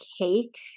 cake